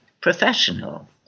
professional